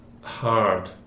hard